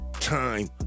time